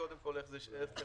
עוד